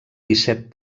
disset